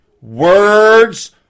Words